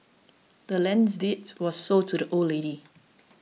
the land's deed was sold to the old lady